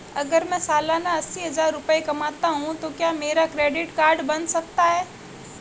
अगर मैं सालाना अस्सी हज़ार रुपये कमाता हूं तो क्या मेरा क्रेडिट कार्ड बन सकता है?